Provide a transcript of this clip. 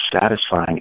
satisfying